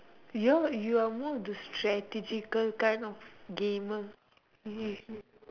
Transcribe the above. you you are more into strategically kind of gamer